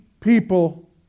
people